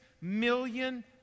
million